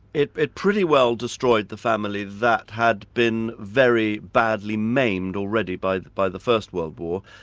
it it pretty well destroyed the family that had been very badly maimed already by the by the first world war.